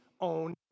own